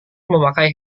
memakai